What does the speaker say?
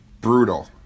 brutal